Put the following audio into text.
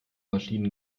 maschinen